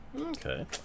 Okay